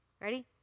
Ready